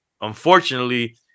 unfortunately